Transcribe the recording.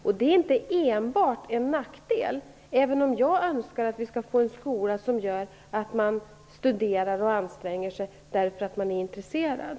Och det är inte enbart en nackdel, även om jag önskar att vi skall få en skola som gör att man studerar och anstränger sig därför att man är intresserad.